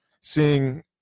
seeing